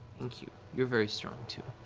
thank you. you're very strong too.